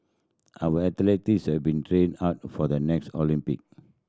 our athletes have been training hard for the next Olympic